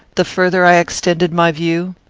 the further i extended my view,